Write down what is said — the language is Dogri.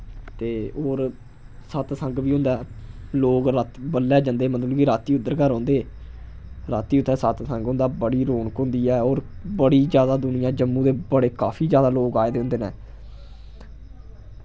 ते होर सत्संग बी होंदा ऐ लोक रातीं बडलै जन्दे मतलब कि राती उद्धर गै रौंह्दे रातीं उत्थै सत्संग होंदा बड़ी रौनक होंदी ऐ होर बड़ी ज्यादा दुनिया जम्मू दे बड़े काफी ज्यादा लोक आए दे होंदे न